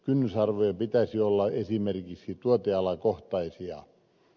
kynnysarvojen pitäisi olla esimerkiksi tuotealakohtaisia